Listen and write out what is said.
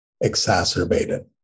exacerbated